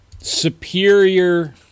superior